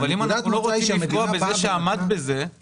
זה מועתק משם אבל אם אנחנו לא רוצים לפגוע בזה שעמד בזה?